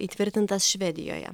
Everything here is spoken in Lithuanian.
įtvirtintas švedijoje